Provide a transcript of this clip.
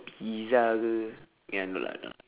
pizza ke ya no lah no lah